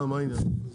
מה העניין?